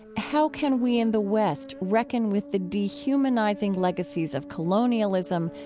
how can we in the west reckon with the dehumanizing legacies of colonialism,